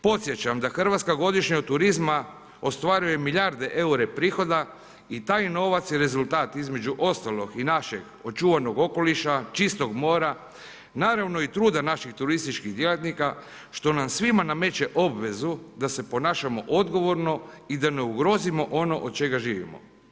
Podsjećam da Hrvatska, godišnje od turizma ostvaruje milijarde eure prihoda i taj novac je rezultat između ostalog i našeg očuvanog okoliša, čistog mora, naravno i truda naših turističkih djelatnika, što nam svima nameće obvezu da se ponašamo odgovorno i da ne ugrozimo ono od čega živimo.